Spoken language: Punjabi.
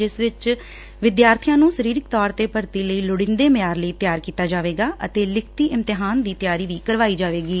ਜਿਸ ਦੌਰਾਨ ਵਿਦਿਆਰਥੀਆਂ ਨੁੰ ਸ਼ਰੀਰਕ ਤੌਰ ਤੇ ਭਰਤੀ ਲਈ ਲੋਤੀਦੇ ਮਿਆਰ ਲਈ ਤਿਆਰ ਕੀਤਾ ਜਾਵੇਗਾ ਅਤੇ ਲਿਖਤੀ ਇਮਤਿਹਾਨ ਦੀ ਤਿਆਰੀ ਵੀ ਕਰਵਾਈ ਜਾਵੇਗੀ